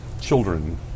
children